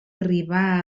arribar